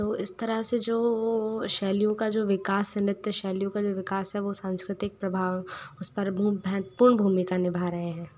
तो इस तरह से जो शैलियों का जो विकास है नृत्य शैलियों का विकास है वो सांस्कृतिक प्रभाव उसपे पूर्ण भूमिका निभा रहे हैं